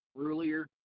earlier